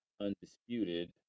undisputed